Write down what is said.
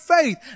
faith